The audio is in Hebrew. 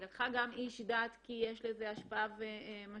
היא לקחה גם איש דת כי יש לו השפעה ומשמעות,